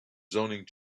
zoning